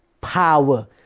power